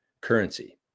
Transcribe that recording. currency